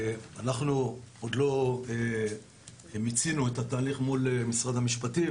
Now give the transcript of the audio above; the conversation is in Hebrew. אנחנו עוד לא מיצינו את התהליך מול משרד המשפטים,